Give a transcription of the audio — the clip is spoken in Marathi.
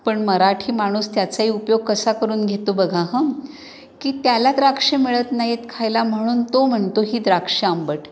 पण मराठी माणूस त्याचाही उपयोग कसा करून घेतो बघा हं की त्याला द्राक्ष मिळत नाहीत खायला म्हणून तो म्हणतो ही द्राक्षं आंबट